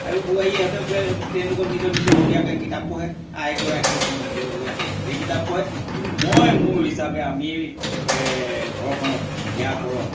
আৰু বোৱাৰীহঁতেও তেওঁলোকৰ নিজৰ নিজৰ ভগীয়াকৈ কিতাপ পঢ়ে আইগৰাকীয়ে তেওঁৰ নিজৰ ভগীয়াকৈ নিজে কিতাপ পঢ়ে কিন্তু মই মোৰ হিচাপে আমি ঘৰখনত সন্ধিয়া পৰত